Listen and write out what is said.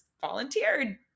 volunteered